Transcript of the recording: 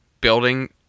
building